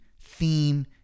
theme